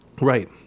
right